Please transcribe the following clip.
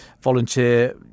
volunteer